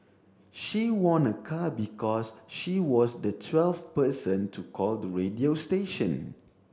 she won a car because she was the twelfth person to call the radio station